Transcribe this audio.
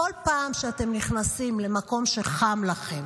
בכל פעם שאתם נכנסים למקום שחם לכם,